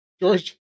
George